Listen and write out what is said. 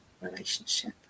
relationship